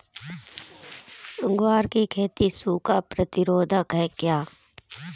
ग्वार की खेती सूखा प्रतीरोधक है क्या?